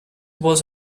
was